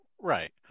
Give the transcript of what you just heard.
Right